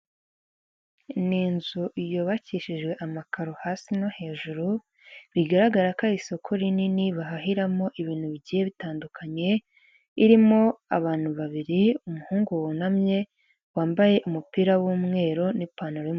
Ni inzu yubakishijwe amakaro hasi no hejuru, bigaragara ko ari isoko rinini bahahiramo ibintu bigiye bitandukanye, ririmo abantu babiri, umuhungu wunamye wambaye umupira w'umweru n'ipantaro.